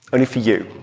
only for you.